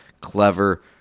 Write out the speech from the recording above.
clever